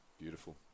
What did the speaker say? Beautiful